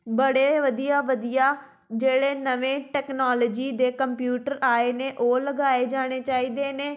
ਬੜੇ ਵਧੀਆ ਵਧੀਆ ਜਿਹੜੇ ਨਵੇਂ ਟੈਕਨੋਲੋਜੀ ਦੇ ਕੰਪਿਊਟਰ ਆਏ ਨੇ ਉਹ ਲਗਾਏ ਜਾਣੇ ਚਾਹੀਦੇ ਨੇ